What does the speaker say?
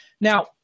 Now